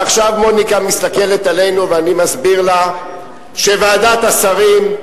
עכשיו מוניקה מסתכלת עלינו ואני מסביר לה שוועדת השרים,